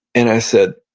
and i said,